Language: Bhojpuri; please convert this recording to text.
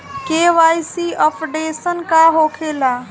के.वाइ.सी अपडेशन का होखेला?